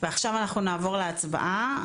ועכשיו נעבור להצבעה.